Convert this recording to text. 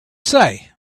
say